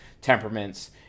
temperaments